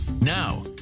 Now